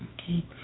Okay